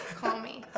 call me.